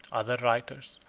other writers,